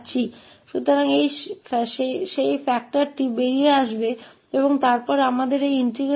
सीमाओं के संबंध में वे वही रहेंगे क्योंकि यह केवल एक कारक स्थिर कारक है